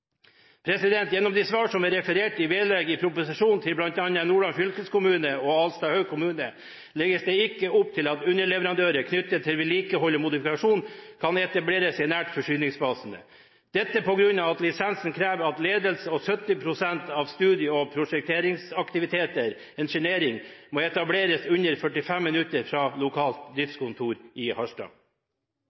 Gjennom de svar som er referert i vedlegg i proposisjonen til bl.a. Nordland fylkeskommune og Alstahaug kommune, legges det ikke opp til at underleverandører knyttet til vedlikehold og modifikasjon kan etablere seg nært forsyningsbasene. Grunnen til dette er at lisensen krever at ledelse og 70 pst. av studie- og prosjekteringsaktiviteter/engineering må etableres mindre enn 45 minutter fra lokalt driftskontor i Harstad.